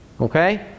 Okay